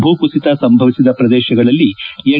ಭೂಕುಸಿತ ಸಂಭವಿಸಿದ ಪ್ರದೇಶಗಳಲ್ಲಿ ಎನ್